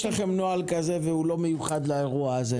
לכם נוהל כזה והוא לא מיוחד לאירוע הזה?